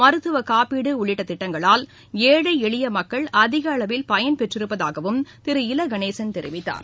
மருத்தவ காப்பீடு உள்ளிட்ட திட்டங்களால் ஏழை எளிய மக்கள் அதிக அளவில் பயன்பெற்றிருப்பதாகவும் திரு இல கணேசன் தெரிவித்தார்